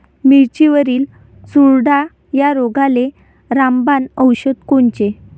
मिरचीवरील चुरडा या रोगाले रामबाण औषध कोनचे?